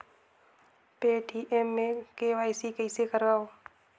Paytm मे KYC कइसे करव?